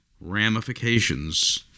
ramifications